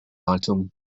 item